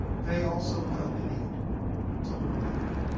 they also felt the need to hold off.